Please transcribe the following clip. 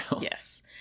Yes